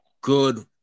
good